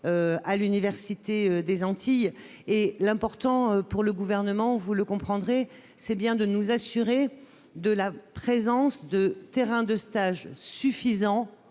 à l'université des Antilles et l'important pour le gouvernement, vous le comprendrez, c'est bien de nous assurer de la présence de terrains de stage suffisant